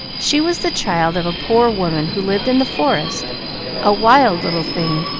she was the child of a poor woman who lived in the forest a wild little thing,